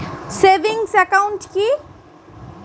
Savings account কি?